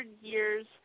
years